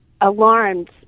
alarmed